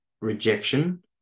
rejection